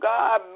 God